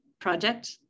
project